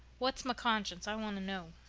what's my conscience? i want to know.